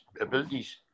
abilities